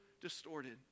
distorted